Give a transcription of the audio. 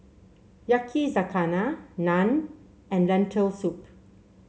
Yakizakana Naan and Lentil Soup